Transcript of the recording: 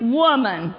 woman